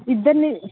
ఇద్దరిని